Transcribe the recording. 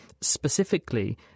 specifically